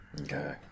Okay